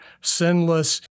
sinless